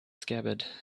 scabbard